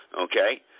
Okay